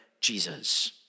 Jesus